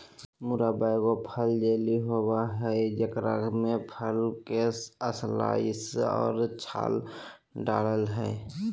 मुरब्बा एगो फल जेली होबय हइ जेकरा में फल के स्लाइस और छाल डालय हइ